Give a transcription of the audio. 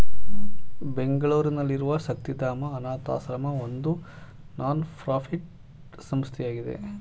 ಬೆಂಗಳೂರಿನಲ್ಲಿರುವ ಶಕ್ತಿಧಾಮ ಅನಾಥಶ್ರಮ ಒಂದು ನಾನ್ ಪ್ರಫಿಟ್ ಸಂಸ್ಥೆಯಾಗಿದೆ